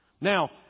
Now